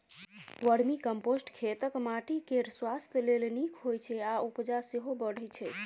vermicompost खेतक माटि केर स्वास्थ्य लेल नीक होइ छै आ उपजा सेहो बढ़य छै